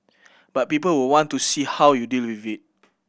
but people will want to see how you deal with it